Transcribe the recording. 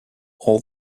all